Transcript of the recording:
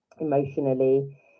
emotionally